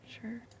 Sure